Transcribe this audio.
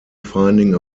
finding